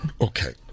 Okay